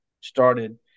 started